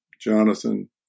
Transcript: Jonathan